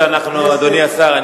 אדוני השר,